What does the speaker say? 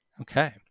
Okay